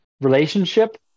relationship